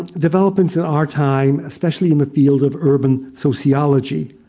developments in our time, especially in the field of urban sociology.